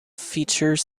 feature